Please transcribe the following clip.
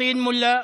פטין מולא.